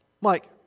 Mike